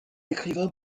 écrivain